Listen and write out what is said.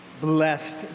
blessed